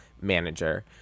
manager